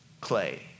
clay